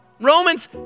Romans